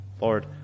lord